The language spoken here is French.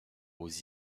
aux